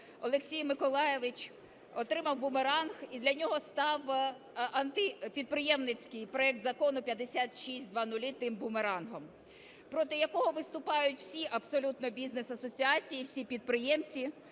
Олексій Миколайович отримав бумеранг, і для нього став антипідприємницький проект Закону 5600 тим бумерангом, проти якого виступають всі абсолютно бізнес-асоціації, всі підприємці.